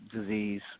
disease